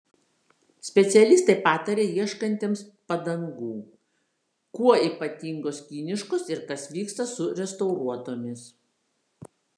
specialistai pataria ieškantiems padangų kuo ypatingos kiniškos ir kas vyksta su restauruotomis